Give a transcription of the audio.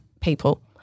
people